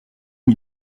mis